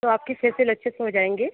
तो आपकी फेशियल अच्छे से हो जाएंगे